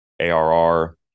ARR